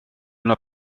yno